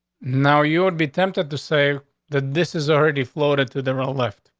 now, you would be tempted to say that this is already floated to the role left,